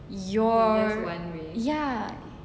your ya